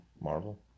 Marvel